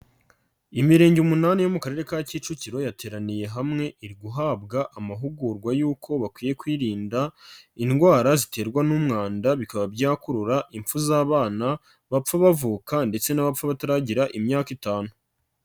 Imirenge umunani yo mu Karere ka Kicukiro yateraniye hamwe iri guhabwa amahugurwa y'uko bakwiye kwirinda indwara ziterwa n'umwanda bikaba byakurura impfu z'abana bapfa bavuka ndetse n'abapfa bataragira imyaka itanu.